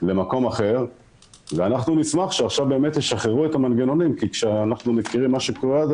למקום אחר ואנחנו נשמח שעכשיו באמת ישחררו את המנגנונים כי מה שקורה עד